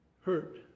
hurt